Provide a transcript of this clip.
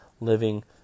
living